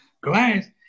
glass